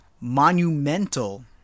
monumental